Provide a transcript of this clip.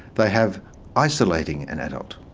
they have isolating an adult.